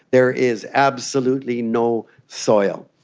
there is absolutely no soil.